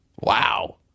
Wow